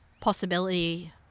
possibility